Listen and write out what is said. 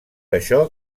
això